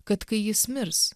kad kai jis mirs